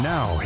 Now